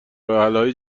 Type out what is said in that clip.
راهحلهای